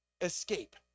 escape